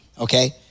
okay